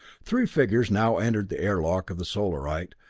three figures now entered the airlock of the solarite,